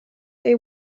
they